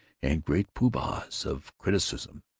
and great poo-bahs of criticism!